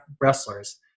wrestlers